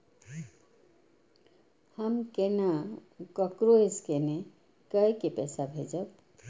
हम केना ककरो स्केने कैके पैसा भेजब?